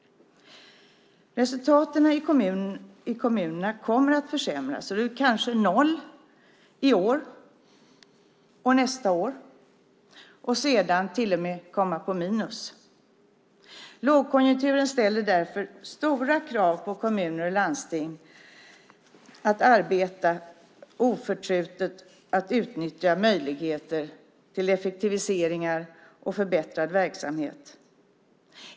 Resultaten i kommunerna kommer att försämras och blir kanske noll i år och nästa år, och sedan kanske de till och med hamnar på minus. Lågkonjunkturen ställer därför stora krav på kommuner och landsting att arbeta oförtrutet och att utnyttja möjligheter till effektiviseringar och förbättrad verksamhet.